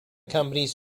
companies